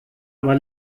aber